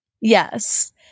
Yes